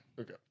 Okay